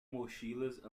mochilas